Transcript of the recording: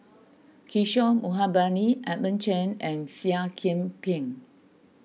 Kishore Mahbubani Edmund Chen and Seah Kian Peng